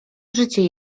życie